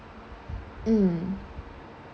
mm